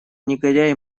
негодяй